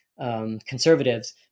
conservatives